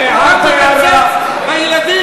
אל תקצץ בילדים,